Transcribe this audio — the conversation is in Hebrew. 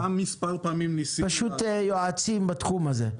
אתם יועצים בתחום הזה.